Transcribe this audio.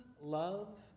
love